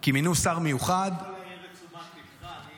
כי מינו שר מיוחד --- אני רק אעיר את תשומת ליבך.